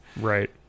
Right